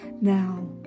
Now